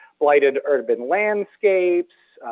blighted urban landscapes,